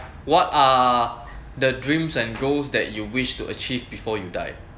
what are the dreams and goals that you wish to achieve before you die